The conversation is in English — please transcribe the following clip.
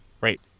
right